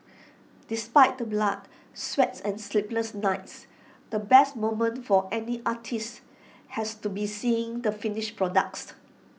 despite the blood sweats and sleepless nights the best moment for any artist has to be seeing the finished product